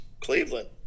Cleveland